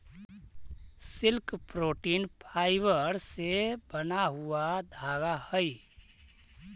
silk protein fibre से बना हुआ धागा हई